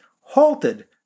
halted